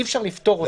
אי אפשר לפטור מזה.